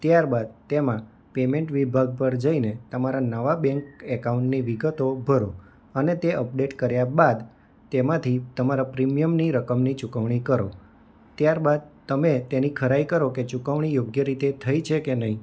ત્યારબાદ તેમાં પેમેન્ટ વિભાગ પર જઈને તમારા નવા બેન્ક એકાઉન્ટની વિગતો ભરો અને તે અપડેટ કર્યા બાદ એમાંથી તમારા પ્રીમિયમની રકમની ચુકવણી કરો ત્યારબાદ તમે તેની ખરાઈ કરો કે ચુકવણી યોગ્ય રીતે થઈ છે કે નહીં